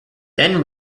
then